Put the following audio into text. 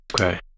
Okay